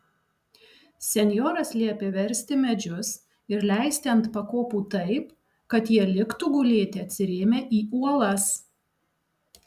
senjoras liepė versti medžius ir leisti ant pakopų taip kad jie liktų gulėti atsirėmę į uolas